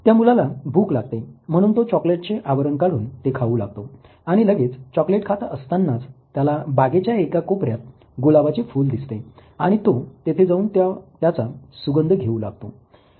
त्या मुलाला भूक लागते म्हणून तो चॉकलेटचे आवरण काढून ते खाऊ लागतो आणि लगेच चॉकलेट खात असतानाच त्याला बागेच्या एका कोपऱ्यात गुलाबाचे फुल दिसते आणि तो तेथे जाऊन त्याचा सुगंध घेऊ लागतो